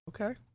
Okay